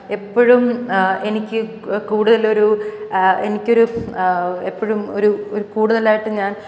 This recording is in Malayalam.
എപ്പോഴും എനിക്ക് കൂടുതൽ ഒരു എനിക്ക് ഒരു എപ്പോഴും ഒരു ഒരു കൂടുതലായിട്ടും ഞാൻ